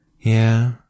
Yeah